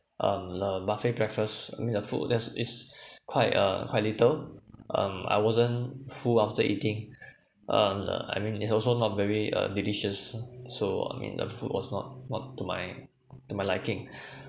um the buffet breakfast I mean the food there is quite uh quite little um I wasn't full after eating um I mean it's also not very uh delicious so I mean the food was not not to my to my liking